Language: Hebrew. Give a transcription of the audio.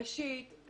ראשית,